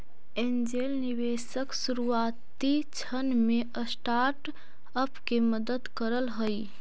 angel निवेशक शुरुआती क्षण में स्टार्टअप के मदद करऽ हइ